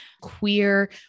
queer